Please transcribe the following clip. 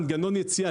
ואין לי מנגנון יציאה.